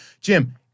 Jim